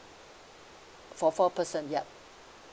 for four person yup